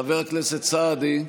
חבר הכנסת סעדי,